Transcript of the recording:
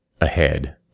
ahead